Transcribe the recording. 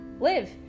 live